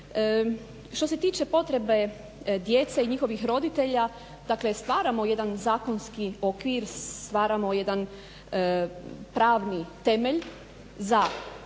Što se tiče potrebe djece i njihovih roditelja, dakle stvaramo jedan zakonski okvir, stvaramo jedan pravni temelj.